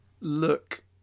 look